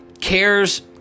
cares